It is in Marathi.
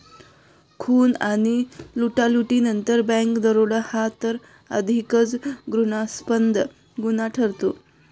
खून आणि लुटालुटीनंतर बँक दरोडा हा तर अधिकच घृणास्पद गुन्हा ठरतो